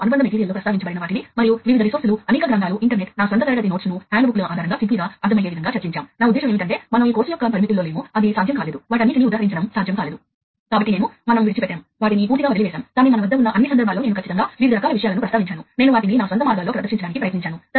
కాబట్టి ఇప్పుడు ఈ రిపీటర్ దాని స్వంత విభాగంలో ఉన్న పరికరం కోసం ఉద్దేశించినదని తెలుస్తుంది కనుక ఇది బస్సులో తిరిగి ప్రవహింప చేస్తుంది అయితే ఈ రిపీటర్ అది పరికరం కోసం కాదు అని తెలుసుకుంటుంది పరికర సంఖ్య రెండు దాని సెగ్మెంట్ లో లేదు